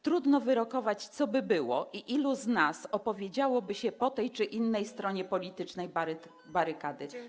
Trudno wyrokować, co by było i ilu z nas opowiedziałoby się po tej czy innej stronie politycznej barykady.